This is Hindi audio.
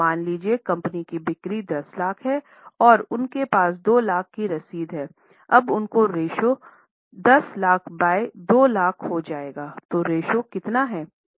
मान लीजिए कंपनी की बिक्री 10 लाख है और उनके पास 2 लाख की रसीदें हैं अब उनका रेश्यो 10 लाख बय 2 लाख हो जाएगातो रेश्यो कितना है